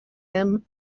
him